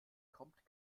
kommt